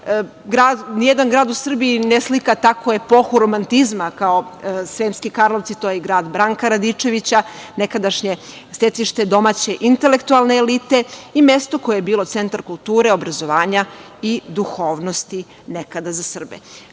Ni jedan grad u Srbiji ne slika takvu epohu romantizma kao Sremski Karlovci. To je grad Branka Radičevića, nekadašnje stecište domaće intelektualne elite i mesto koje je bilo centar kulture, obrazovanja i duhovnosti nekada za Srbe.